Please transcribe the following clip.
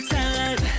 time